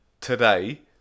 Today